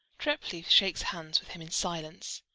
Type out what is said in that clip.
treplieff shakes hands with him in silence,